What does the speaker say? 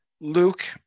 Luke